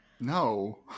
no